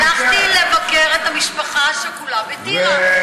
הלכתי לבקר את המשפחה השכולה בטירה,